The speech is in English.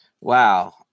Wow